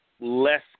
Less